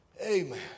Amen